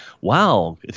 Wow